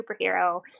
superhero